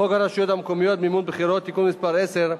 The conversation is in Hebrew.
התשע"ב 2012. חוק הרשויות המקומיות (מימון בחירות) (תיקון מס' 10),